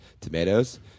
tomatoes